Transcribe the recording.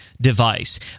device